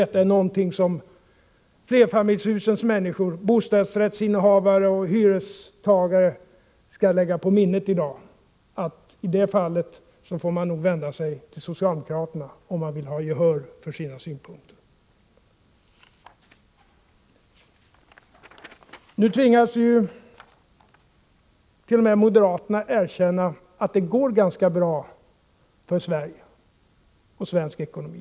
Detta är något som flerfamiljshusens människor — bostadsrättsinnehavare och hyrestagare — skall lägga på minnet i dag, nämligen att de, om de vill ha gehör för sina synpunkter, nog får vända sig till socialdemokraterna. Nu tvingas t.o.m. moderaterna att erkänna att det går ganska bra för Sverige och svensk ekonomi.